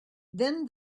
then